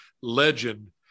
legend